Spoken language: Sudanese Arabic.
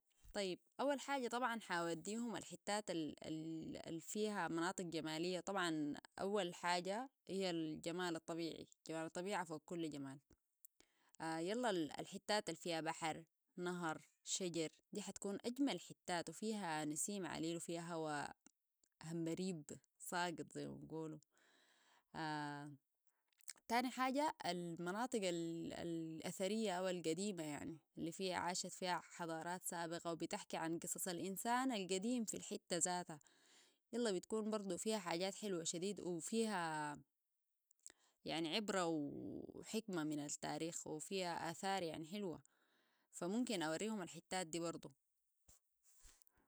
طيب أول حاجة طبعا حاوديهم الحتات الفيها مناطق جمالية طبعا أول حاجة هي الجمال الطبيعية فوق كل جمال يلا الحتات الفيها بحر نهر شجر دي حتكون أجمل حتات وفيها نسيم عاليل وفيها هوى همريب صاقط زي ما بقولوا تاني حاجة المناطق الأثرية أو القديمة يعني اللي فيها عاشت فيها حضارات سابقة وبتحكي عن قصص الانسان القديم في الحتة زاتها. يلا بتكون برضو فيها حاجات حلوة شديد وفيها يعني عبرة وحكمة من التاريخ وفيها اثار يعني حلوة. فممكن اوريهم الحتات دي برضو.